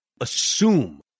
assume